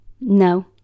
no